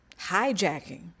hijacking